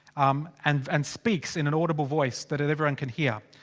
um. and and speaks in an audible voice, that everyone can hear.